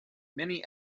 many